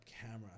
camera